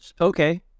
Okay